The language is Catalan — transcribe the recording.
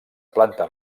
planta